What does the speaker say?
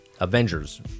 Avengers